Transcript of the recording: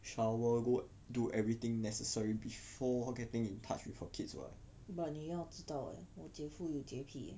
shower go do everything necessary before getting in touch with her kids [what]